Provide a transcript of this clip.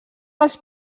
els